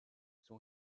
son